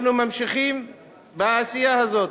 אנחנו ממשיכים בעשייה הזאת.